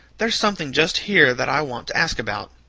there's something just here that i want to ask about.